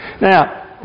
now